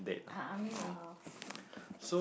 I I mean uh still okay